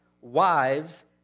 wives